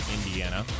Indiana